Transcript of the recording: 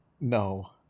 No